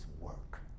work